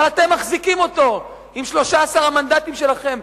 אבל אתם מחזיקים אותו עם 13 המנדטים שלכם,